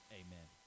amen